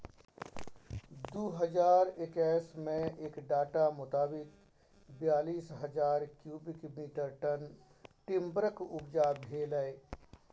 दु हजार एक्कैस मे एक डाटा मोताबिक बीयालीस हजार क्युबिक मीटर टन टिंबरक उपजा भेलै